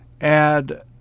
add